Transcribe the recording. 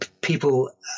people